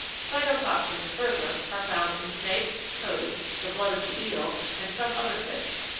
cytotoxins, further, are found in snakes, toads, the blood of the eel and some other fish.